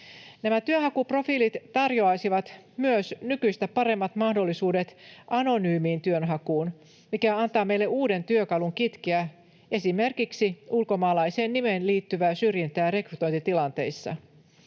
työnhakuprofiilit tarjoaisivat myös nykyistä paremmat mahdollisuudet anonyymiin työnhakuun, mikä antaa meille uuden työkalun kitkeä esimerkiksi ulkomaalaiseen nimeen liittyvää syrjintää rekrytointitilanteissa.